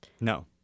no